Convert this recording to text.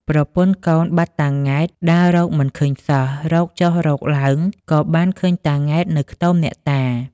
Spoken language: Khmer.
ប្រពន្ធកូនបាត់តា ង៉ែត ដើររកមិនឃើញសោះ រកចុះរកឡើងក៏បានឃើញតា ង៉ែត នៅខ្ទមអ្នកតា ។